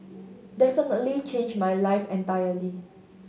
definitely changed my life entirely